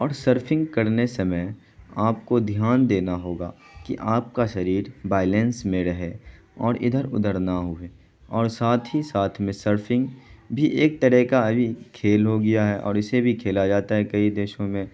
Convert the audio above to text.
اور سرفنگ کرنے سمے آپ کو دھیان دینا ہوگا کہ آپ کا شریر بیلنس میں رہے اور ادھر ادھر نہ ہو اور ساتھ ہی ساتھ میں سرفنگ بھی ایک طرح کا ابھی کھیل ہو گیا ہے اور اسے بھی کھیلا جاتا ہے کئی دیسوں میں